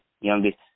youngest